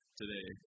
today